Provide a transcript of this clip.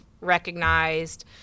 recognized